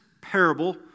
parable